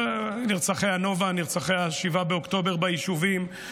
נציגיהם של המשפחות,